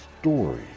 story